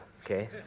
okay